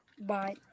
Bye